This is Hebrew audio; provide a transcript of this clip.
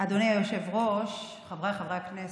אדוני היושב-ראש, חבריי חברי הכנסת,